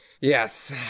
Yes